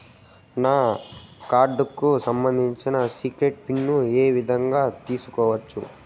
నా కార్డుకు సంబంధించిన సీక్రెట్ పిన్ ఏ విధంగా తీసుకోవచ్చు?